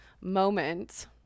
moment